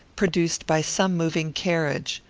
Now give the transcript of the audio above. produced by some moving carriage.